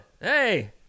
Hey